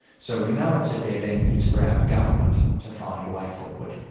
so we know it's a dead end, it's for our government to find a way forward.